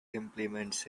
implements